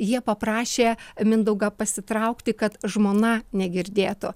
jie paprašė mindaugą pasitraukti kad žmona negirdėtų